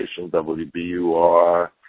WBUR